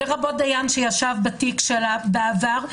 לרבות דיין שישב בתיק שלה בעבר,